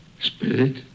Spirit